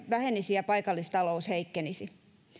vähenisi ja paikallistalous heikkenisi